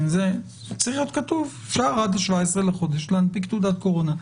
צריך להיות כתוב אפשר עד ה-17 לחודש להנפיק תעודת קורונה,